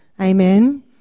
Amen